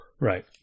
Right